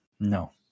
No